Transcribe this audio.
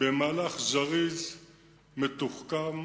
במהלך זריז ומתוחכם,